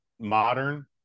modern